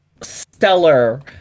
stellar